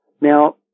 Now